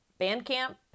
Bandcamp